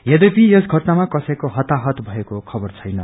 यध्यपि यस घटनामा कसैको हताहत भएको खबर छैन